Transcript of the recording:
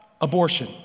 abortion